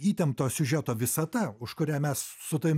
įtempto siužeto visata už kurią mes su tavim